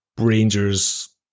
Rangers